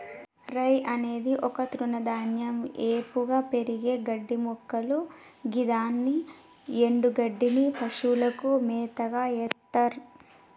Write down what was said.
రై అనేది ఒక తృణధాన్యం ఏపుగా పెరిగే గడ్డిమొక్కలు గిదాని ఎన్డుగడ్డిని పశువులకు మేతగ ఎత్తర్